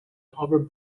over